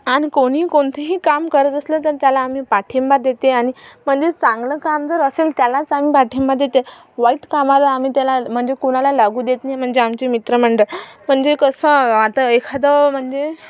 आणि कोणीही कोणतंही काम करत असलं तर त्याला आम्ही पाठिंबा देते आणि म्हणजे चांगलं काम जर असेल त्यालाच आम्ही पाठिंबा देते वाईट कामाला आम्ही त्याला म्हणजे कोणाला लागू देत नाही म्हणजे आमचे मित्रमंडळ म्हणजे कसं आता एखादं म्हणजे